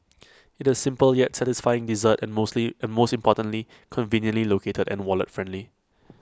IT A simple yet satisfying dessert and mostly and most importantly conveniently located and wallet friendly